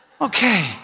Okay